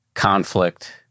conflict